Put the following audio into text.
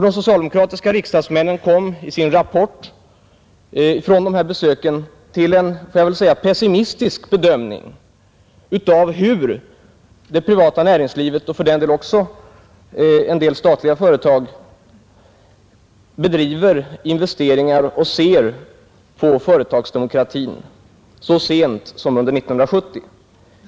De socialdemokratiska riksdagsmännen kom i sin rapport från de här besöken till en betydligt mer pessimistisk bedömning av hur det privata näringslivet och för den delen också en del statliga företag bedriver investeringar och ser på företagsdemokratin, så sent som under 1970.